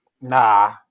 Nah